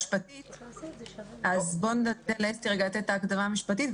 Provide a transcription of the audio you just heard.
ניתן לאסתי לתת את ההגדרה המשפטית,